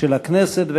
של הכנסת,